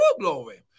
glory